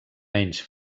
menys